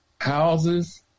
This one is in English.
houses